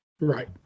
Right